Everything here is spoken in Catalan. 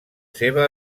seva